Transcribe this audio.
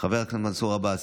חבר הכנסת מנסור עבאס,